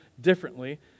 differently